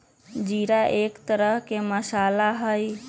जीरा एक तरह के मसाला हई